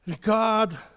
God